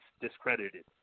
discredited